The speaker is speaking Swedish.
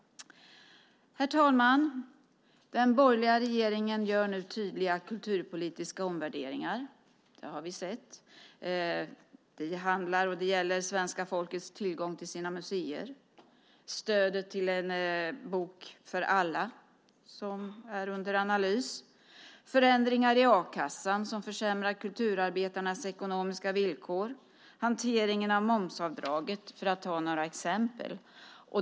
Herr talman! Den borgerliga regeringen gör nu tydliga kulturpolitiska omvärderingar. Det har vi sett. Det gäller svenska folkets tillgång till sina museer, stödet till En bok för alla som är under analys, förändringar i a-kassan som försämrar kulturarbetarnas ekonomiska villkor, hanteringen av momsavdraget, för att ta några exempel.